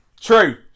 True